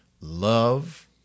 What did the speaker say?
love